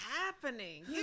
happening